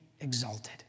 exalted